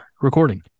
recording